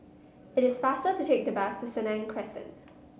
it is faster to take the bus to Senang Crescent